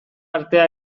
artea